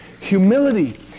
humility